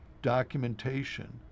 documentation